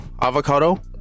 Avocado